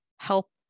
help